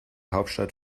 hauptstadt